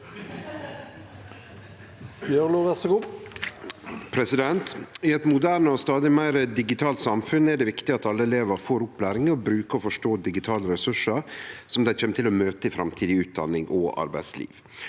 I eit moderne og stadig meir digitalt samfunn er det viktig at alle elevar får opplæring i å bruke og forstå digitale ressursar som dei kjem til å møte i framtidig utdanning og arbeidsliv.